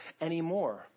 anymore